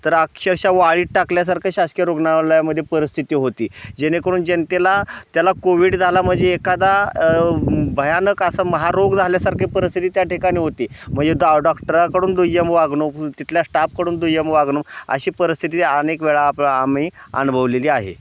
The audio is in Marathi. तर अक्षरश वाळीत टाकल्यासारखं शासकीय रुग्णालयामध्ये परिस्थिती होती जेणेकरून जनतेला त्याला कोविड झाला म्हणजे एखादा भयानक असा महारोग झाल्यासारखे परिस्थिती त्या ठिकाणी होती म्हणजे दॉ डॉक्टरकडून दुय्यम वागणूक तिथल्या स्टाफकडून दुय्यम वागणूक अशी परिस्थिती अनेक वेळा आपला आम्ही अनुभवलेली आहे